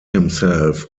himself